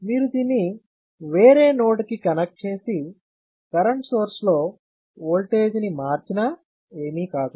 మీరు దీన్ని వేరే నోడ్కి కనెక్ట్ చేసి కరెంట్ సోర్స్లో ఓల్టేజ్ని మార్చినా ఏమీ కాదు